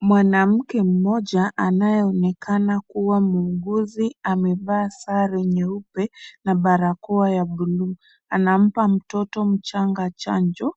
Mwanamke mmoja anayeonekana kuwa muuguzi, amevaa sare nyeupe na barakoa ya buluu. Anampa mtoto mchanga chanjo.